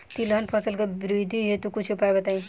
तिलहन फसल के वृद्धि हेतु कुछ उपाय बताई?